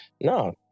No